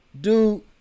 Dude